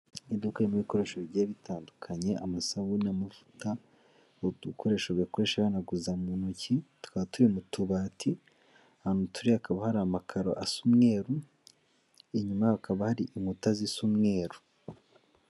Iduka ririmo ibikoresho bigiye bitandukanye, amasabune, amavuta, udukoresho bakoresha bihanaguza mu ntoki, tukaba tugiye turi mu tubati, ahantu turi hakaba hari amakaro asa umweru, inyuma yaho hakaba hari inkuta zisa umweru.